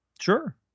Sure